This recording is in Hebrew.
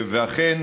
ואכן,